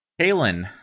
Kalen